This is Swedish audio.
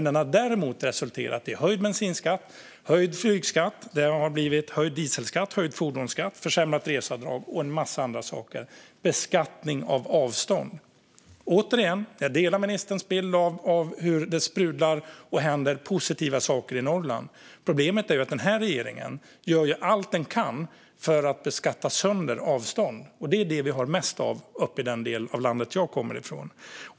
Den har däremot resulterat i höjd bensinskatt, höjd flygskatt, höjd dieselskatt, höjd fordonsskatt, försämrat reseavdrag och en massa andra saker - beskattning av avstånd. Återigen: Jag delar ministerns bild av hur det sprudlar och händer positiva saker i Norrland. Problemet är att den här regeringen gör allt den kan för att beskatta sönder avstånd, och det är det vi har mest av uppe i den del av landet jag kommer ifrån.